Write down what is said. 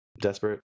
desperate